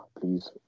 please